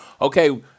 Okay